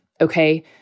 okay